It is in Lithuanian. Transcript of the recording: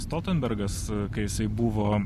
stoltenbergas kai jisai buvo